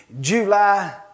July